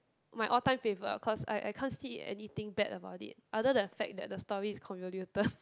my all time favourite ah cause I I can't see anything bad about it other then fact that the story is convoluted